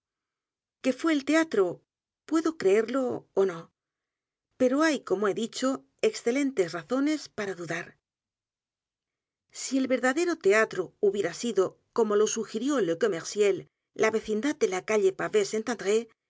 que fue el teatro puedo creerlo ó no pero hay como he dicho excelentes razones para dudar si el verdadero teatro hubiera sido como lo sugirió le commerciel la vecindad de la calle pavee